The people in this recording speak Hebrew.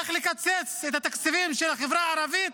איך לקצץ את התקציבים של החברה הערבית.